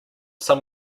some